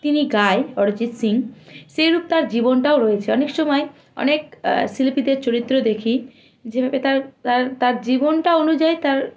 তিনি গায় অরিজিৎ সিং সেরূপ তার জীবনটাও রয়েছে অনেক সময় অনেক শিল্পীদের চরিত্র দেখি যেভাবে তার তার তার জীবনটা অনুযায়ী তার